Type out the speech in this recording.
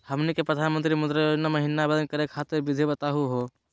हमनी के प्रधानमंत्री मुद्रा योजना महिना आवेदन करे खातीर विधि बताही हो?